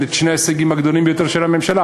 את שני ההישגים הגדולים ביותר של הממשלה: